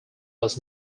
was